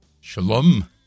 Shalom